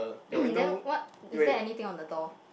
then what is there anything on the door